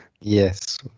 Yes